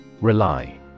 Rely